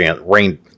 rain